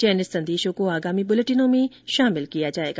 चयनित संदेशों को आगामी बुलेटिनों में शामिल किया जाएगा